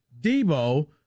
Debo